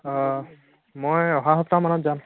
অঁ মই অহা সপ্তাহমানত যাম